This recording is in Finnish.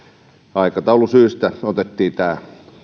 aikataulusyistä otettiin tämä